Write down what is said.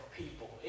people